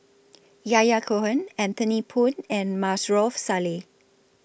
Yahya Cohen Anthony Poon and Maarof Salleh